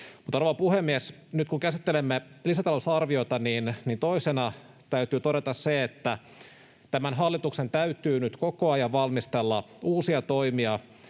rouva puhemies, nyt kun käsittelemme lisätalousarviota, niin toisena täytyy todeta se, että tämän hallituksen täytyy nyt koko ajan valmistella uusia toimia,